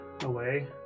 away